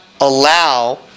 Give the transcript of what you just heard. allow